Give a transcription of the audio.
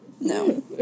No